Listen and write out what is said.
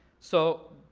so,